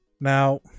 Now